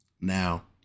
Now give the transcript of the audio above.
Now